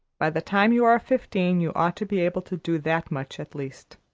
by the time you are fifteen you ought to be able to do that much at least.